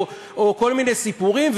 או כל מיני סיפורים,